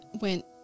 went